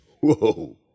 Whoa